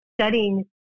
studying